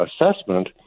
assessment